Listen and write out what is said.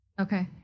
Okay